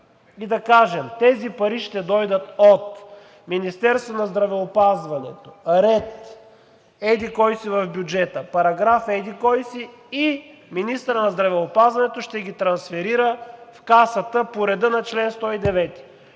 и да кажем, че тези пари ще дойдат от Министерството на здравеопазването, ред еди-кой си в бюджета, параграф еди-кой си и министърът на здравеопазването ще ги трансферира в Касата по реда на чл. 109.